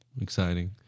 exciting